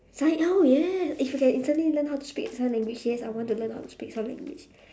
si~ oh yes if you can instantly learn how to speak sign language yes I want to learn how to speak sign language